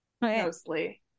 Mostly